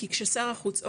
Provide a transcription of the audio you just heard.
כי כששר החוץ,